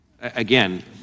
Again